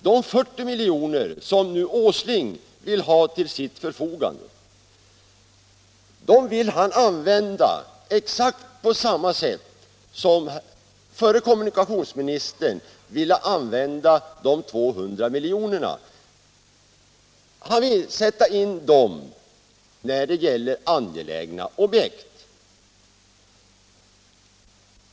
De 40 miljoner som herr Åsling nu vill ha till sitt förfogande vill han använda på exakt samma sätt som förre kommunikationsministern ville använda de 200 miljonerna. Han vill sätta in dem på angelägna objekt.